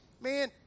man